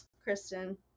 Kristen